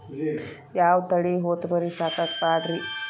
ಯಾವ ತಳಿ ಹೊತಮರಿ ಸಾಕಾಕ ಪಾಡ್ರೇ?